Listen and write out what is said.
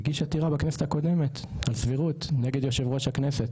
הגיש עתירה בכנסת הקודמת על סבירות נגד יושב ראש הכנסת,